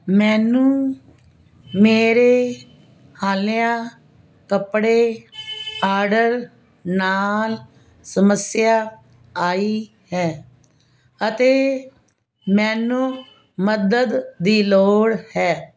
ਮੈਨੂੰ ਮੇਰੇ ਹਾਲਿਆ ਕੱਪੜੇ ਆਡਰ ਨਾਲ ਸਮੱਸਿਆ ਆਈ ਹੈ ਅਤੇ ਮੈਨੂੰ ਮਦਦ ਦੀ ਲੋੜ ਹੈ